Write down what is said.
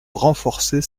renforcer